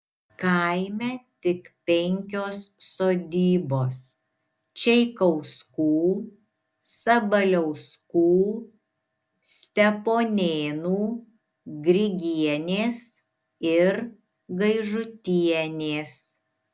kaime tik penkios sodybos čeikauskų sabaliauskų steponėnų grigienės ir gaižutienės